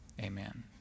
amen